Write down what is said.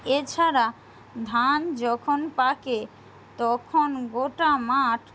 এছাড়া ধান যখন পাকে তখন গোটা মাঠ